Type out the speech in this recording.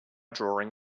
drawing